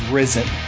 risen